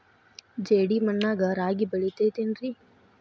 ಜೇಡಿ ಮಣ್ಣಾಗ ರಾಗಿ ಬೆಳಿತೈತೇನ್ರಿ?